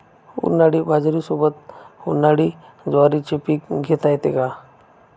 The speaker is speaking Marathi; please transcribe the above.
उन्हाळी बाजरीसोबत, उन्हाळी ज्वारीचे पीक घेता येते का?